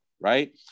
Right